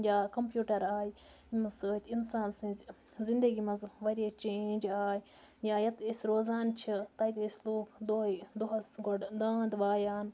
یا کَمپیوٗٹَر آے یِمو سۭتۍ اِنسان سٕنٛزِ زِندگی منٛز واریاہ چینٛج آے یا ییٚتہِ أسۍ روزان چھِ تَتہِ ٲسۍ لوٗکھ دۄہَے دۄہَس گۄڈٕ دانٛد وایان